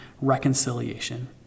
reconciliation